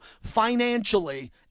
financially